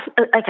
okay